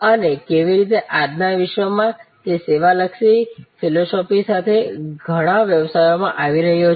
અને કેવી રીતે આજના વિશ્વમાં તે સેવા લક્ષી ફિલસૂફી સાથે ઘણા વ્યવસાયોમાં આવી રહીયો છે